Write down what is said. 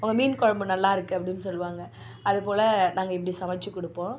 உங்கள் மீன் குழம்பு நல்லா இருக்குது அப்படினு சொல்லுவாங்க அது போல் நாங்கள் இப்படி சமைச்சி கொடுப்போம்